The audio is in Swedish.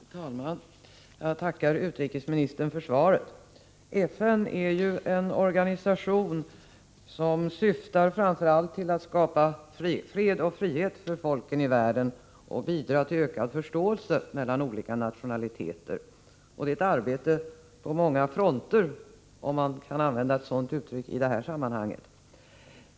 Fru talman! Jag tackar utrikesministern för svaret. FN är ju en organisation som syftar framför allt till att skapa fred och frihet för folken i världen och bidra till ökad förståelse mellan olika nationaliteter. Arbetet bedrivs på många fronter, om man kan använda ett sådant uttryck i det här sammanhanget.